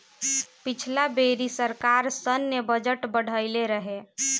पिछला बेरी सरकार सैन्य बजट बढ़इले रहे